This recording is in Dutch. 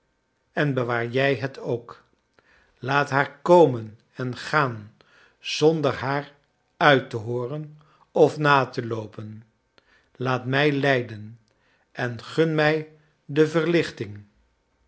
en bewaar jij het ook laat haar komen en gaan zonder haar uit te hooren of na te loopen laat mij lijden en gun mij de verlichting